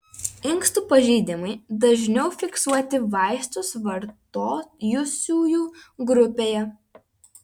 inkstų pažeidimai dažniau fiksuoti vaistus vartojusiųjų grupėje